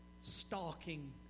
stalking